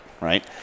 right